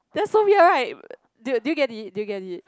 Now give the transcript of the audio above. that's so weird right do do you get it do you get it